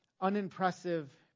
unimpressive